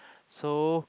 so